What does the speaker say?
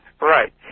Right